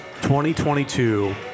2022